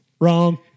wrong